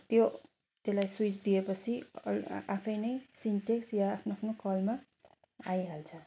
त्यो त्यसलाई स्विच दिएपछि आफै नै सिन्टेक्स या आफ्नो आफ्नो कलमा आइहाल्छ